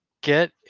Get